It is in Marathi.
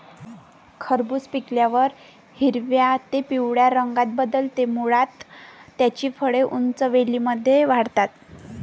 खरबूज पिकल्यावर हिरव्या ते पिवळ्या रंगात बदलते, मुळात त्याची फळे उंच वेलींमध्ये वाढतात